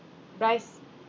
bryce